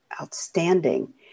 outstanding